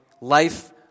life